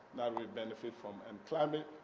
that we benefit from and climate